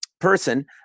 person